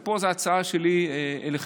ופה זו הצעה שלי אליכם,